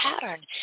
pattern